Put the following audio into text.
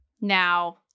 Now